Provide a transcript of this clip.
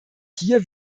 hier